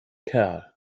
kerl